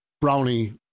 Brownie